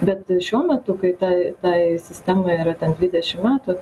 bet šiuo metu kai tai tai sistemai yra ten dvidešim metų